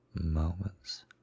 Moments